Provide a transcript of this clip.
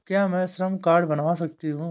क्या मैं श्रम कार्ड बनवा सकती हूँ?